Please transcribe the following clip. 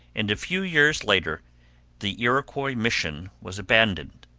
and a few years later the iroquois mission was abandoned.